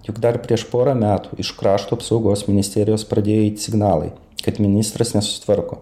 juk dar prieš porą metų iš krašto apsaugos ministerijos pradėjo eit signalai kad ministras nesusitvarko